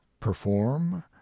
perform